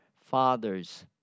fathers